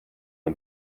the